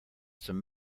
some